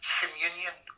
communion